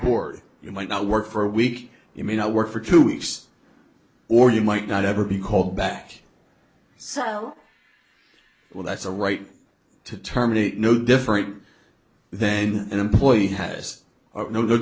board you might not work for a week you may not work for two weeks or you might not ever be called back so well that's a right to terminate no different then an employee has